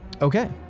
Okay